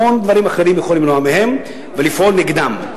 המון דברים אחרים הוא יכול למנוע מהם ולפעול נגדם.